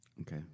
Okay